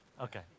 Okay